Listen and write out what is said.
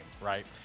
right